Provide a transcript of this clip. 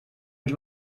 ens